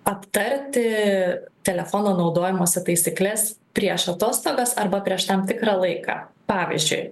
aptarti telefono naudojimosi taisykles prieš atostogas arba prieš tam tikrą laiką pavyzdžiui